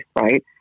right